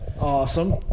Awesome